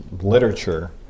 literature